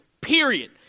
period